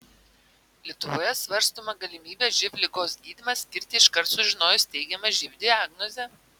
lietuvoje svarstoma galimybė živ ligos gydymą skirti iškart sužinojus teigiamą živ diagnozę